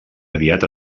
aviat